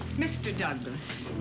mr. douglas.